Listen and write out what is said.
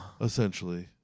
essentially